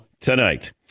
tonight